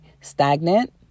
stagnant